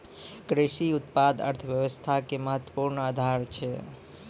कृषि उत्पाद अर्थव्यवस्था के महत्वपूर्ण आधार छै